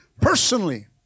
personally